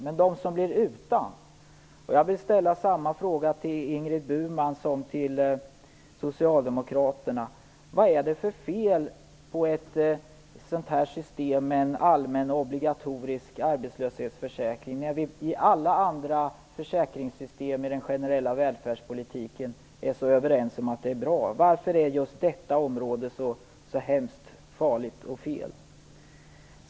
Men hur blir det för dem som blir utan? Jag vill till Ingrid Burman ställa en fråga som jag också vill rikta till Socialdemokraterna: Vad är det för fel på ett system med en allmän, obligatorisk arbetslöshetsförsäkring, när vi i fråga om alla andra försäkringssystem i den generella välfärdspolitiken är så överens om att de är bra? Varför är just detta område så hemskt, farligt och fel?